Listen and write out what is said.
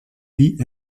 wie